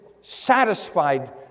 satisfied